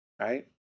right